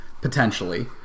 potentially